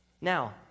Now